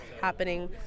happening